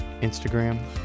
Instagram